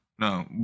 No